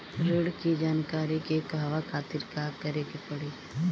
ऋण की जानकारी के कहवा खातिर का करे के पड़ी?